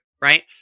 Right